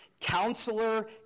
counselor